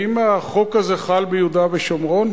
האם החוק הזה חל ביהודה ושומרון?